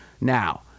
Now